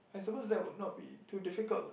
I suppose that would not be too difficult lah